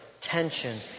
tension